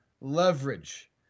leverage